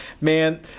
Man